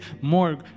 more